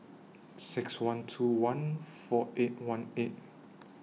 six one two one four eight one eight